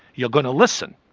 you're going to listen,